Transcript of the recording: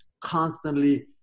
constantly